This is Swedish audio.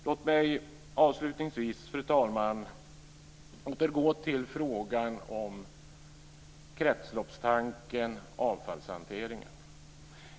Låt mig avslutningsvis, fru talman, återgå till frågan om kretsloppstanken och avfallshanteringen.